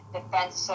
Defense